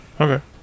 Okay